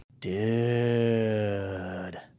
Dude